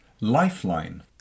lifeline